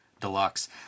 deluxe